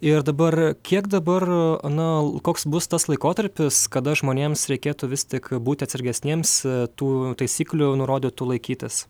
ir dabar kiek dabar na koks bus tas laikotarpis kada žmonėms reikėtų vis tik būti atsargesniems tų taisyklių nurodytų laikytis